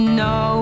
no